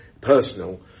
personal